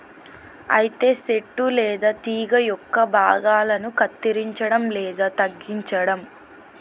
అయితే సెట్టు లేదా తీగ యొక్క భాగాలను కత్తిరంచడం లేదా తగ్గించడం